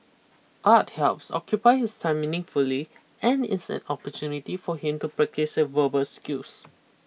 art helps occupy his time meaningfully and is an opportunity for him to practise his verbal skills